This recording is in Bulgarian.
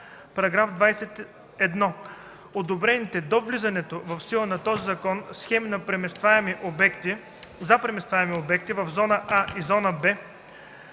„§ 20. (1) Одобрените до влизането в сила на този закон схеми за преместваеми обекти в зона „А” и зона